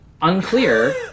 Unclear